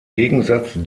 gegensatz